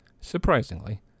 Surprisingly